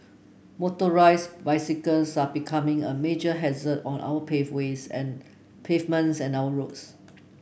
motorised bicycles are becoming a major hazard on our pave ways and pavements and our roads